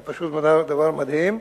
היה פשוט דבר מדהים,